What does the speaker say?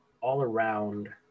all-around